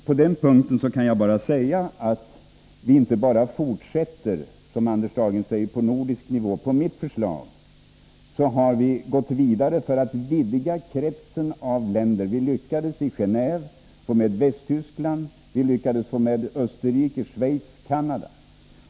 På den punkten är det så att vi inte bara, som Anders Dahlgren säger, fortsätter arbetet på nordisk nivå, utan på mitt förslag har vi gått vidare för att vidga kretsen av länder. Vi lyckades i Gené&ve, vi lyckades få med Västtyskland, Österrike, Schweiz och Canada.